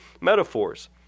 metaphors